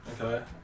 Okay